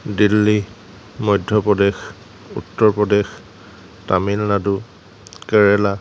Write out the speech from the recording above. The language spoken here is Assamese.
দিল্লী মধ্য প্ৰদেশ উত্তৰ প্ৰদেশ তামিলনাডু কেৰেলা